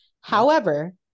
However-